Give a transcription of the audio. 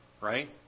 right